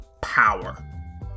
power